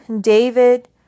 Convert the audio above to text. David